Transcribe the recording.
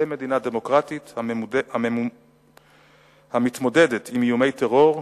כמדינה דמוקרטית המתמודדת עם איומי טרור,